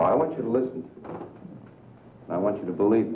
i want you to listen i want you to believe